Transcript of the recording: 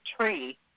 tree